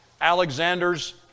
Alexander's